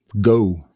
Go